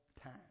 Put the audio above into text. time